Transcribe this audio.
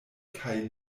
kaj